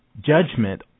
Judgment